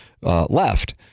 left